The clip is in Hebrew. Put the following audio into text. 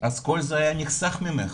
אז כל זה היה נחסך ממך.